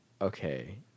okay